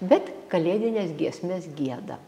bet kalėdines giesmes gieda